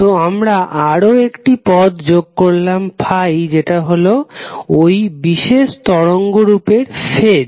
তো আমরা আরও একটি পদ যোগ করলাম ∅ যেটা হলো ওই বিশেষ তরঙ্গরূপের ফেজ